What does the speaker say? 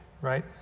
right